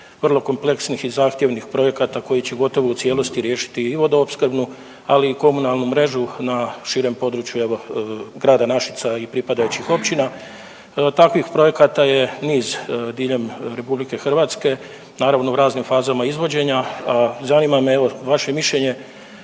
vrlo kompleksnih i zahtjevnih projekata koji će gotovo u cijelosti riješiti i vodoopskrbnu, ali i komunalnu mrežu na širem području grada Našica i pripadajućih općina. Takvih projekata je niz diljem RH, naravno u raznim fazama izvođenja. Zanima me evo vaše mišljenje,